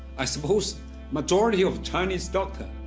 i suppose majority of chinese doctor